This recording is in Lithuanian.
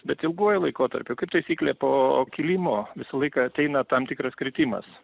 bet ilguoju laikotarpiu kaip taisyklė po kilimo visą laiką ateina tam tikras kritimas